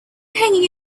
hanging